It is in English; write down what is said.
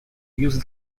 use